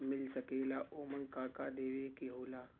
मील सकेला ओमन का का देवे के होला?